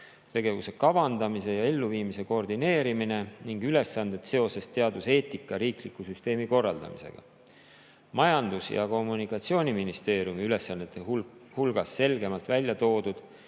arendustegevuse kavandamise ja elluviimise koordineerimine ning ülesanded seoses teaduseetika riikliku süsteemi korraldamisega. Majandus- ja Kommunikatsiooniministeeriumi ülesannete hulgas on selgemalt välja toodud,